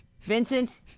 Vincent